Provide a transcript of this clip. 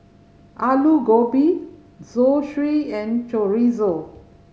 Alu Gobi Zosui and Chorizo